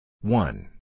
One